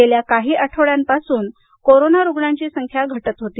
गेल्या काही आठवड्यांपासून कोरोना रुग्णांची संख्या घटत होती